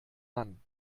mann